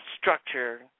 structure